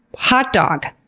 hot dog!